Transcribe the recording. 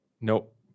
Nope